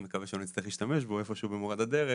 אני מקווה שאני לא אצטרך להשתמש בו איפשהו במורד הדרך,